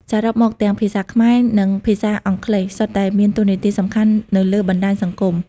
សរុបមក ទាំងភាសាខ្មែរ និងភាសាអង់គ្លេសសុទ្ធតែមានតួនាទីសំខាន់នៅលើបណ្ដាញសង្គម។